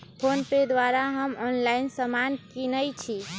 PhonePe द्वारा हम online समान किनइ छी